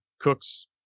Cook's